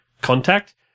contact